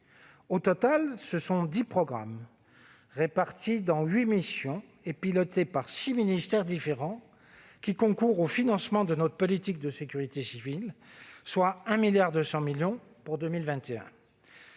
Au total, ce sont dix programmes, répartis dans huit missions et pilotés par six ministères différents, qui concourent au financement de notre politique de sécurité civile, à hauteur de 1,2 milliard d'euros pour 2021.